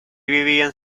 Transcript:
vivían